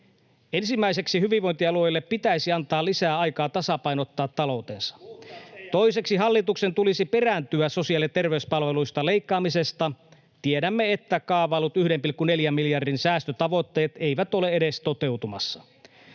Ensimmäiseksi hyvinvointialueille pitäisi antaa lisää aikaa tasapainottaa taloutensa. Toiseksi hallituksen tulisi perääntyä sosiaali- ja terveyspalveluista leikkaamisesta. Tiedämme, että kaavaillut 1,4 miljardin säästötavoitteet eivät ole edes toteutumassa.